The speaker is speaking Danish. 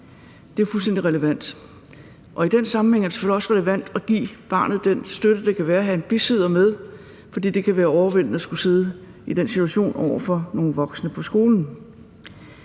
Det er fuldstændig relevant, og i den sammenhæng er det selvfølgelig også relevant at give barnet den støtte, det kan være at have en bisidder med, fordi det kan være overvældende at skulle sidde i den situation over for nogle voksne på skolen.